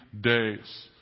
days